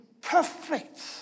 perfect